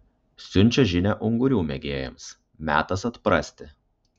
siunčia žinią ungurių mėgėjams metas atprasti